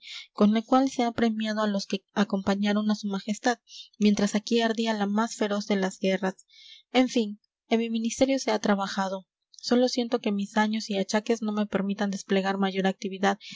con la cual se ha premiado a los que acompañaron a su majestad mientras aquí ardía la más feroz de las guerras en fin en mi ministerio se ha trabajado sólo siento que mis años y achaques no me permitan desplegar mayor actividad